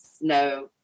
no